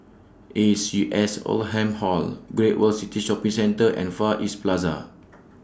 A C S Oldham Hall Great World City Shopping Centre and Far East Plaza